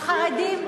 החרדים,